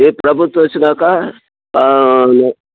ఈ ప్రభుత్వం వచ్చినాక